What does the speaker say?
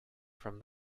from